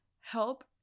Help